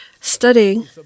studying